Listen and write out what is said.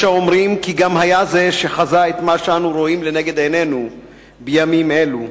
יש האומרים כי גם היה זה שחזה את מה שאנו רואים לנגד עינינו בימים אלו,